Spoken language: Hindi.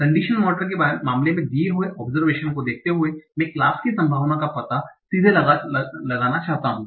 कंडीशनल मॉडल के मामले दिये हुए ओबसरवेशन को देखते हुए मैं क्लास की संभावना का पता सीधे लगाना चाहता हूं